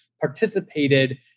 participated